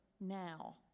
now